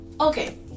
Okay